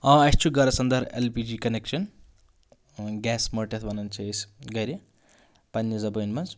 آ اَسہِ چھُ گَرَس اَنٛدَر L P G connection gas مٔٹ یَتھ وَنان چھِ أسۍ گَرِ پنٛنہِ زَبٲنۍ منٛز